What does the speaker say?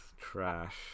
trash